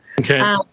Okay